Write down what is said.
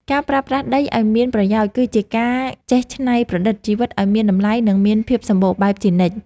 ការប្រើប្រាស់ដីឱ្យមានប្រយោជន៍គឺជាការចេះច្នៃប្រឌិតជីវិតឱ្យមានតម្លៃ និងមានភាពសម្បូរបែបជានិច្ច។